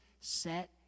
set